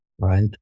right